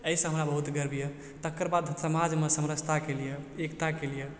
एहिसँ हमरा बहुत गर्व यऽ तकरबाद समाजमे समरसताके लिए एकताके लिए